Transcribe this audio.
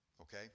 Okay